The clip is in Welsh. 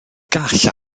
gall